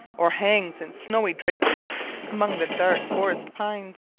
or hangs in snowy draperies among the dark forest pines.